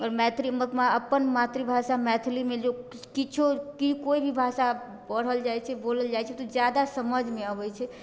आओर मैथिली अपन मातृभाषा मैथिलीमे जे किछु कोइ भी भाषा पढ़ल जाइ छै बोलल जाइ छै तऽ ओ ज्यादा समझमे अबै छै